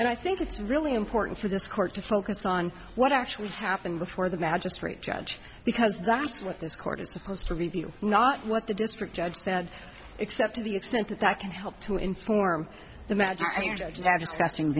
and i think it's really important for this court to focus on what actually happened before the magistrate judge because that's what this court is supposed to review not what the district judge said except to the extent that that can help to inform the ma